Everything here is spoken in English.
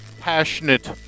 passionate